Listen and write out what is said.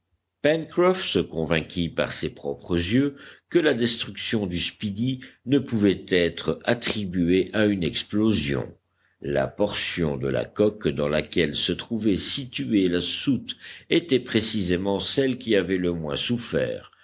se convainquit par ses propres yeux que la destruction du speedy ne pouvait être attribuée à une explosion la portion de la coque dans laquelle se trouvait située la soute était précisément celle qui avait le moins souffert